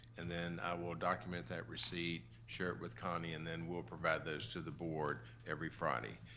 and then i will document that receipt, share it with connie, and then we'll provide those to the board every friday.